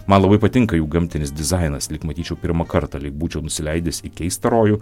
man labai patinka jų gamtinis dizainas lyg matyčiau pirmą kartą lyg būčiau nusileidęs į keistą rojų